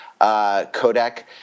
codec